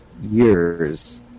years